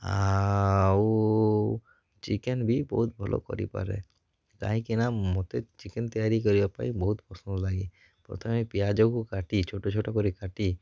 ଆଉ ଚିକେନ୍ ବି ବହୁତ ଭଲ କରିପାରେ କାହିଁକିନା ମୋତେ ଚିକେନ୍ ତିଆରି କରିବା ପାଇଁ ବହୁତ ପସନ୍ଦ ଲାଗେ ପ୍ରଥମେ ପିଆଜକୁ କାଟି ଛୋଟ ଛୋଟ କରି କାଟି